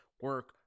Work